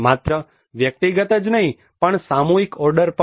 માત્ર વ્યક્તિગત જ નહીં પણ સામૂહિક ઓર્ડર પર પણ